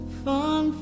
fun